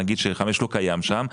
נגיד ש-5 לא קיים שם,